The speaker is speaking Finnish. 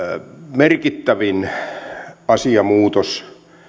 merkittävin asiamuutos